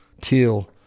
teal